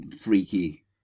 freaky